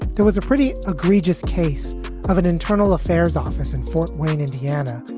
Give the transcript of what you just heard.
there was a pretty egregious case of an internal affairs office in fort wayne, indiana,